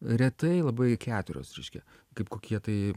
retai labai keturios reiškia kaip kokie tai